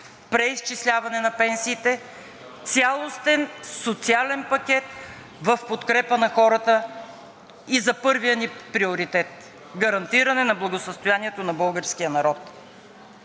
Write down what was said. преизчисляване на пенсиите, цялостен социален пакет в подкрепа на хората и за първия ни приоритет – гарантиране на благосъстоянието на българския народ.